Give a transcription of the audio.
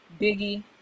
Biggie